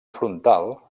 frontal